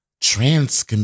trans